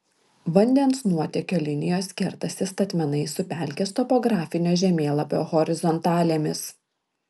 vandens nuotėkio linijos kertasi statmenai su pelkės topografinio žemėlapio horizontalėmis